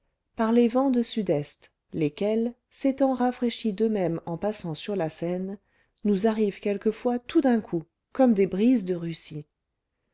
par les vents de sudest lesquels s'étant rafraîchis d'eux-mêmes en passant sur la seine nous arrivent quelquefois tout d'un coup comme des brises de russie